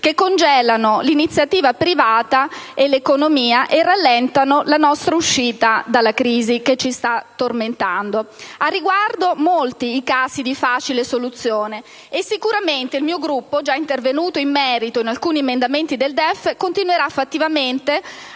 che congelano l'iniziativa privata e l'economia e rallentano la nostra uscita dalla crisi che ci sta tormentando. Al riguardo, molti i casi di facile soluzione, e sicuramente il mio Gruppo, già intervenuto in merito con alcuni emendamenti del DEF, continuerà fattivamente